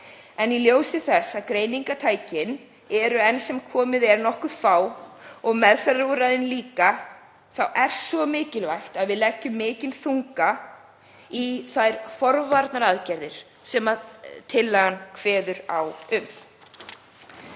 En í ljósi þess að greiningartækin eru enn sem komið er nokkuð fá og meðferðarúrræðin líka þá er svo mikilvægt að við leggjum mikinn þunga í þær forvarnaaðgerðir sem tillagan kveður á um.